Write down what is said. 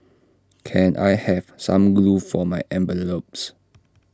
can I have some glue for my envelopes